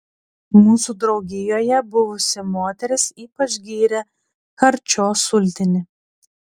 mūsų draugijoje buvusi moteris ypač gyrė charčio sultinį